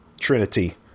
Trinity